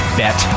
bet